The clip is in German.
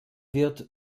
wird